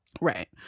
Right